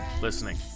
listening